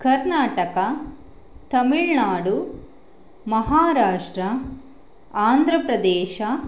Karnataka Tamil Nadu Maharashtra Andhra Pradesh